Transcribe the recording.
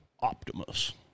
Optimus